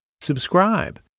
subscribe